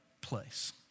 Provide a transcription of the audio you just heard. place